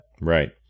Right